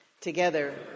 Together